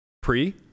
Pre